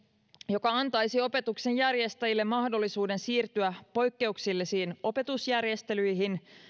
joka antaisi opetuksen järjestäjille mahdollisuuden siirtyä poikkeuksellisiin opetusjärjestelyihin